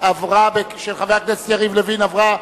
(מסירת מידע ביחס לשירותי התחבורה הציבורית),